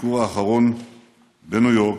הביקור האחרון בניו יורק,